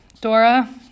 Dora